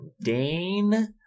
dane